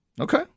Okay